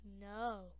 no